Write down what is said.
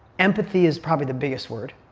empathy is probably the biggest word.